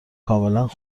کاملا